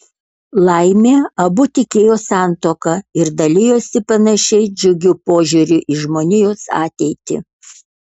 laimė abu tikėjo santuoka ir dalijosi panašiai džiugiu požiūriu į žmonijos ateitį